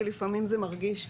כי לפעמים זה מרגיש,